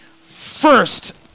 first